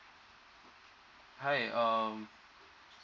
hi um